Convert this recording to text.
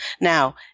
Now